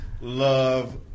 love